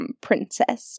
Princess